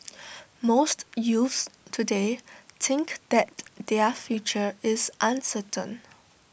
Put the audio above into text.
most youths today think that their future is uncertain